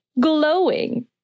glowing